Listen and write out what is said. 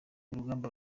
urugamba